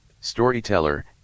storyteller